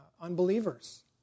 unbelievers